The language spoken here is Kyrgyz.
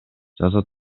жаза